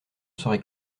serait